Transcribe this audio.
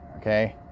okay